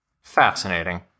Fascinating